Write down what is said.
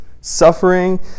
suffering